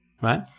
right